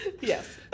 Yes